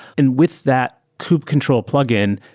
and with that kub control plug-in,